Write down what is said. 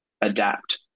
adapt